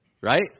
Right